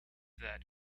that